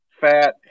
Fat